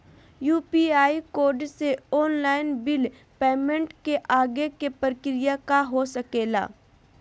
UPI code से online bill payment के आगे के प्रक्रिया का हो सके ला?